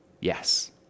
Yes